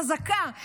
חזקה,